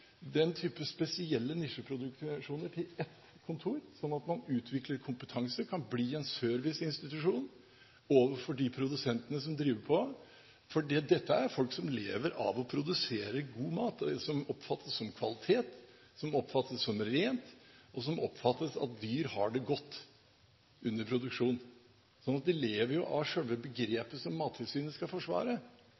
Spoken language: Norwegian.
den type spesielle nisjeproduksjoner til ett kontor, sånn at man utvikler kompetanse og kan bli en serviceinstitusjon for de produsentene som driver på med det – for dette er folk som lever av å produsere mat som oppfattes å være av god kvalitet, som oppfattes som ren, og der man oppfatter det slik at dyrene har det godt under produksjonen. De lever jo av